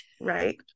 right